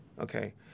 Okay